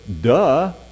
duh